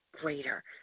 Greater